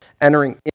entering